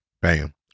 bam